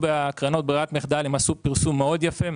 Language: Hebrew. בקרנות ברירת מחדל הם עשו פרסום מאוד יפה.